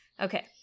Okay